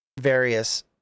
various